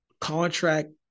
contract